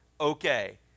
okay